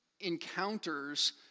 encounters